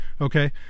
Okay